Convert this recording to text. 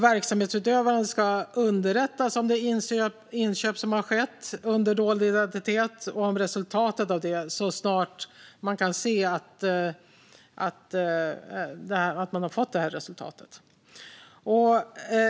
Verksamhetsutövaren ska underrättas om det inköp som skett under dold identitet och om resultatet så snart man har fått detta.